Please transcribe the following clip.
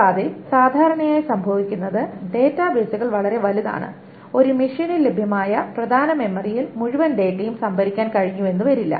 കൂടാതെ സാധാരണയായി സംഭവിക്കുന്നത് ഡാറ്റാബേസുകൾ വളരെ വലുതാണ് ഒരു മെഷീനിൽ ലഭ്യമായ പ്രധാന മെമ്മറിയിൽ മുഴുവൻ ഡാറ്റയും സംഭരിക്കാൻ കഴിഞ്ഞെന്നു വരില്ല